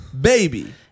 Baby